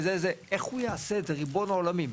איך הוא יעשה את זה ריבון העולמים?